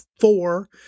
four